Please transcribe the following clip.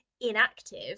inactive